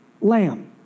lamb